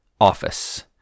office